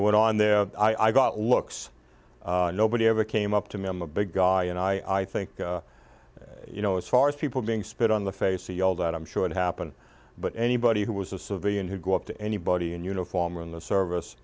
went on there i got looks nobody ever came up to me i'm a big guy and i think you know as far as people being spit on the face yelled out i'm sure it happened but anybody who was a civilian who go up to anybody in uniform or in the service